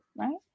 right